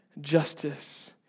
justice